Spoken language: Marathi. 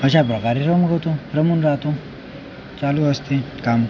अशाप्रकारे रमगवतो रमून राहतो चालू असते काम